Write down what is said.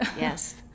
Yes